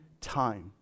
time